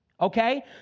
Okay